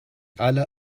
alle